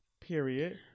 Period